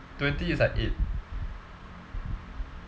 twenty is like eight